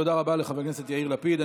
תודה רבה לחבר הכנסת יאיר לפיד.